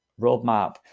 roadmap